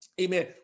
Amen